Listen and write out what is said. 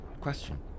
question